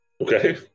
Okay